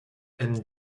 and